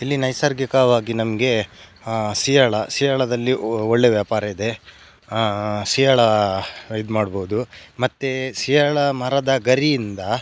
ಇಲ್ಲಿ ನೈಸರ್ಗಿಕವಾಗಿ ನಮಗೆ ಸಿಯಾಳ ಸಿಯಾಳದಲ್ಲಿ ಒಳ್ಳೆ ವ್ಯಾಪಾರ ಇದೆ ಸಿಯಾಳ ಇದು ಮಾಡ್ಬೋದು ಮತ್ತೆ ಸಿಯಾಳ ಮರದ ಗರಿಯಿಂದ